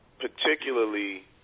particularly